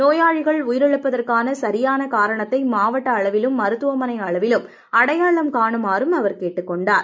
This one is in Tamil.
நோயாளிகள் உயிரிழப்பதற்கான சரியான காரணத்தை மாவட்ட அளவிலும் மருத்துவமனை அளவிலும் அடையாளம் காணுமாறும் அவர் கேட்டுக் கொண்டார்